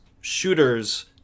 shooters